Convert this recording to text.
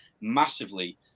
massively